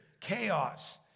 chaos